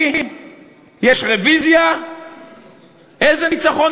מה ניצחתי, ללכת לתקשורת?